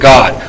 God